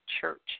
church